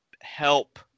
help